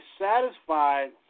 satisfied